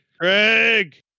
Craig